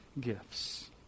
gifts